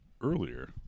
earlier